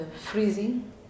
freezing